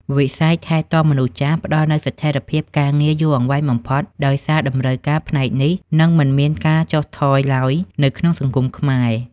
វិស័យថែទាំមនុស្សចាស់ផ្តល់នូវស្ថិរភាពការងារយូរអង្វែងបំផុត ដោយសារតម្រូវការផ្នែកនេះនឹងមិនមានការចុះថយឡើយនៅក្នុងសង្គមខ្មែរ។